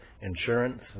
insurance